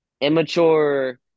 immature